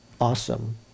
awesome